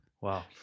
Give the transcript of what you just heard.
wow